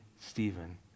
Stephen